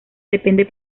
depende